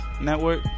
network